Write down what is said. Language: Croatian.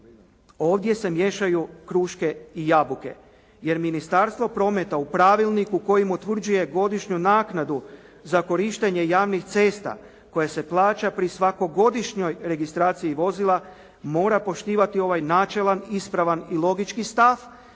Ovdje se miješaju kruške i jabuke, jer Ministarstvo prometa u pravilniku kojim utvrđuje godišnju naknadu za korištenje javnih cesta koje se plaća pri svakoj godišnjoj registraciji vozila, mora poštivati ovaj načelan, ispravan i logički stav,